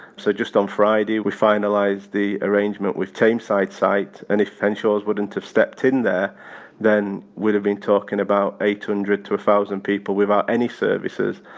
so, just on friday, we finalised the arrangement with thameside site and if henshaws wouldn't have stepped in there then we'd have been talking about eight hundred one thousand people without any services.